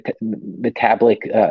metabolic